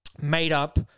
made-up